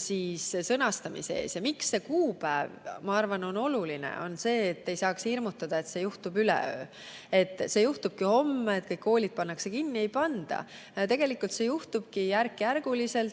sõnastamise ees. Miks see kuupäev on oluline? Minu arvates sellepärast, et ei saaks hirmutada, et see juhtub üleöö, et see juhtubki homme, et kõik vene koolid pannakse kinni. Ei panda. Tegelikult see juhtubki järk-järgult,